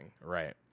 right